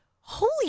Holy